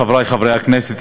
חברי חברי הכנסת,